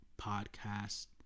podcast